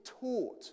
taught